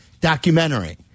documentary